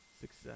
success